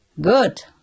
Good